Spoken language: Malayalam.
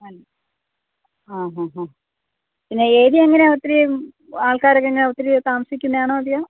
ആ ഹ ആ പിന്നെ ഏരിയ എങ്ങനെയാണ് ആൾക്കാരൊക്കെ ഒത്തിരി താമസിക്കുന്നതാണോ അതെയോ